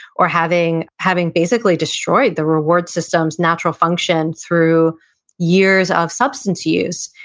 or having having basically destroyed the reward system's natural function through years of substance use.